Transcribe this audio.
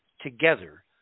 together